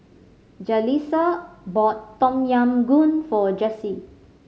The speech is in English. Jaleesa bought Tom Yam Goong for Jessye